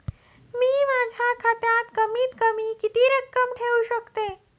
मी माझ्या खात्यात कमीत कमी किती रक्कम ठेऊ शकतो?